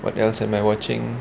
what else am I watching